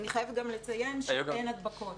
ואני חייבת גם לציין שאין הדבקות.